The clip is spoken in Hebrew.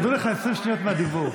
ירדו לך 20 שניות מהדיבור.